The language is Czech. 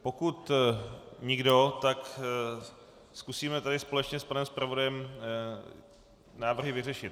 Pokud nikdo, tak zkusíme společně s panem zpravodajem návrhy vyřešit.